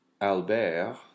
Albert